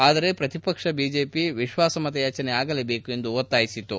ಆದರೆ ಪ್ರತಿಪಕ್ಷ ಬಿಜೆಪಿ ವಿಶ್ವಾಸಮತಯಾಚನೆ ಆಗಲೇಬೇಕು ಎಂದು ಆಗ್ರಹಿಸಿತು